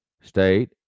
State